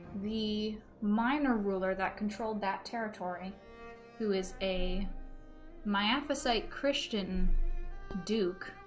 the minor ruler that controlled that territory who is a my opposite christian duke